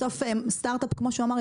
בסוף סטארט-אפ כמו שהוא אמר,